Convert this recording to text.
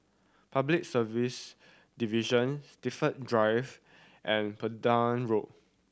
Public Service Division Steven Drive and Pender Road